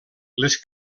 les